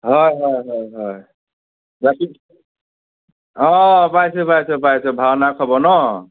হয় হয় হয় হয় পইছোঁ পইছোঁ পইছোঁ ভাওনাৰ খবৰ ন